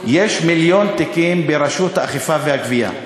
יש מיליון תיקים ברשות האכיפה והגבייה.